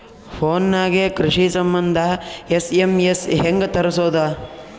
Phone ನಾಗೆ ಕೃಷಿ ಸಂಬಂಧ ಎಸ್.ಎಮ್.ಎಸ್ ಹೆಂಗ ತರಸೊದ?